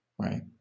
Right